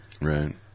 Right